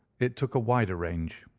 it took a wider range.